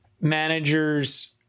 managers